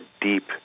deep